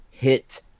hit